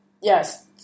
yes